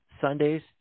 Sundays